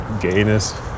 gayness